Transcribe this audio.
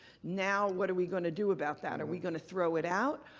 now what are we going to do about that? are we going to throw it out?